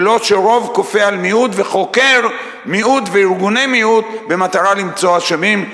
ולא שרוב כופה על מיעוט וחוקר מיעוט וארגוני מיעוט במטרה למצוא אשמים.